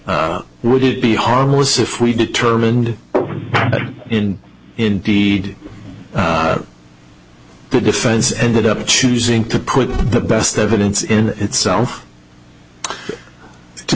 would it be harmless if we determined that in indeed the defense ended up choosing to put the best evidence in itself to